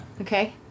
Okay